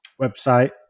website